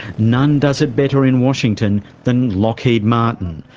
none does it better in washington than lockheed martin,